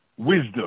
Wisdom